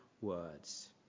words